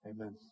Amen